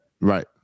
right